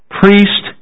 priest